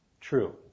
true